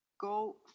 Go